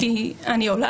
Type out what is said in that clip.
כי אני עולה,